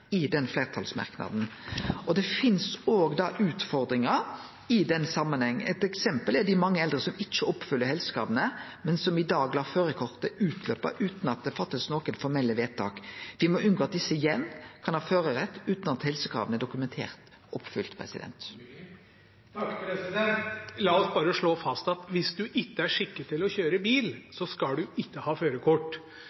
finst òg utfordringar i den samanhengen. Eit eksempel er dei mange eldre som ikkje oppfyller helsekrava, men som i dag lèt førarkortet gå ut utan at det blir gjort noko formelt vedtak. Me må unngå at desse igjen kan ha førarrett utan at helsekrava er dokumentert oppfylte. La oss bare slå fast at hvis en ikke er skikket til å kjøre bil,